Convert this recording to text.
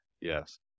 Yes